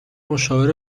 مشاور